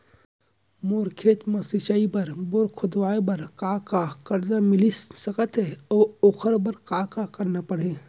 मोर खेत म सिंचाई बर बोर खोदवाये बर का का करजा मिलिस सकत हे अऊ ओखर बर का का करना परही?